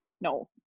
no